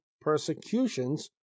persecutions